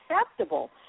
acceptable